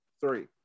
three